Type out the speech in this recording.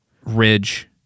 Ridge